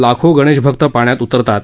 लाखो गणेशभक्त पाण्यात उतरतात